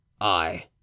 I